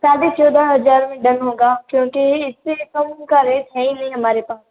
साढ़े चौदह हजार में डन होगा क्योंकि इससे कम का रेट है ही नहीं हमारे पास